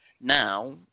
Now